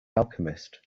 alchemist